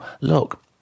look